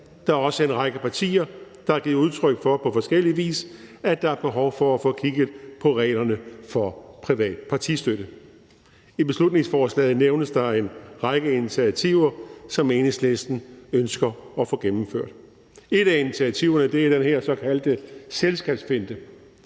Der er også en række partier, der på forskellig vis har givet udtryk for, at der er behov for at få kigget på reglerne for privat partistøtte. I beslutningsforslaget nævnes der en række initiativer, som Enhedslisten ønsker at få gennemført. Et af initiativerne er om den her såkaldte selskabsfinte,